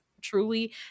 truly